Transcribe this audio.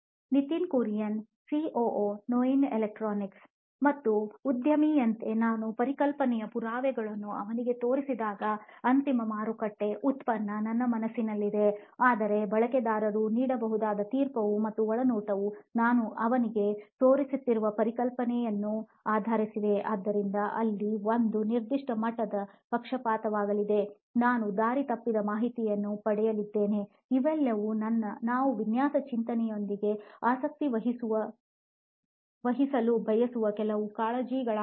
Nitin Kurian COO ನೋಯಿನ್ electronics ಮತ್ತು ಉದ್ಯಮಿಯಂತೆ ನಾನು ಪರಿಕಲ್ಪನೆಯ ಪುರಾವೆಗಳನ್ನು ಅವನಿಗೆ ತೋರಿಸಿದಾಗ ಅಂತಿಮ ಮಾರುಕಟ್ಟೆ ಉತ್ಪನ್ನ ನನ್ನ ಮನಸ್ಸಿನಲ್ಲಿದೆ ಆದರೆ ಬಳಕೆದಾರರು ನೀಡಬಹುದಾದ ತೀರ್ಪುಗಳು ಮತ್ತು ಒಳನೋಟವು ನಾನು ಅವನಿಗೆ ತೋರಿಸುತ್ತಿರುವ ಪರಿಕಲ್ಪನೆಯನ್ನು ಆಧರಿಸಿದೆ ಆದ್ದರಿಂದ ಅಲ್ಲಿ ಒಂದು ನಿರ್ದಿಷ್ಟ ಮಟ್ಟದ ಪಕ್ಷಪಾತವಾಗಲಿದೆ ನಾನು ದಾರಿ ತಪ್ಪಿದ ಮಾಹಿತಿಯನ್ನು ಪಡೆಯಲಿದ್ದೇನೆ ಇವೆಲ್ಲವೂ ನಾವು ವಿನ್ಯಾಸ ಚಿಂತನೆಯೊಂದಿಗೆ ಆಸಕ್ತಿವಹಿಸಲು ಬಯಸುವ ಕೆಲವು ಕಾಳಜಿಗಳಾಗಿವೆ